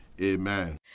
Amen